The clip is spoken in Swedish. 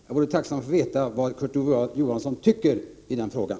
Jag vore tacksam att få veta vad Kurt Ove Johansson tycker i den frågan.